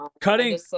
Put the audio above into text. Cutting